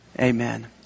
Amen